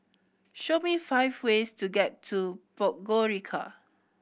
show me five ways to get to Podgorica